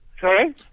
Sorry